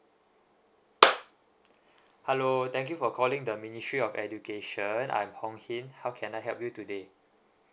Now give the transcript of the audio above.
hello thank you for calling the ministry of education I'm hong hin how can I help you today